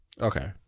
Okay